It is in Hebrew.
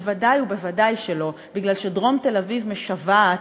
ודאי וודאי שלא, מפני שדרום תל-אביב משוועת